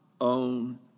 own